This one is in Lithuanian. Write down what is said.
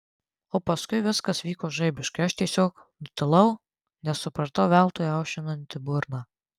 o paskui viskas vyko žaibiškai aš tiesiog nutilau nes supratau veltui aušinanti burną